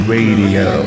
Radio